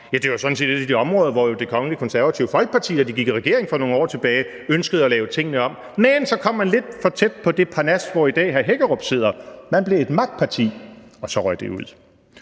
et af de områder, hvor det kongelige Konservative Folkeparti, da de gik med i regering for nogle år tilbage, ønskede at lave tingene om. Men så kom man lidt for tæt på det parnas, hvor den nuværende justitsminister sidder i dag. Man blev et magtparti, og så røg det ud.